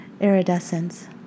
iridescent